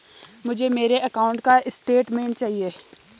मुझे मेरे अकाउंट का स्टेटमेंट चाहिए?